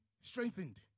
strengthened